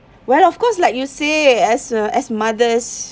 well of course like you say as a as mothers